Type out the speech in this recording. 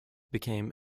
became